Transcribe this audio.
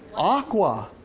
aqua.